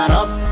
up